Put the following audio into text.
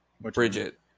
Bridget